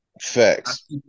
Facts